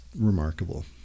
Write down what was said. remarkable